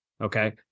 okay